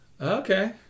Okay